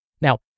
Now